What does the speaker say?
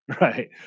Right